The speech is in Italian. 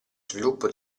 sviluppo